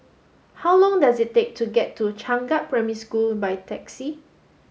how long does it take to get to Changkat Primary School by taxi